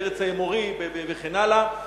בארץ האמורי וכן הלאה,